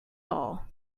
all